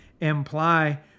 imply